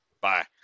Bye